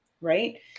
right